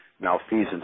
malfeasance